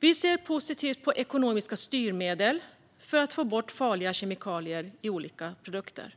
Vi ser positivt på ekonomiska styrmedel för att få bort farliga kemikalier i olika produkter.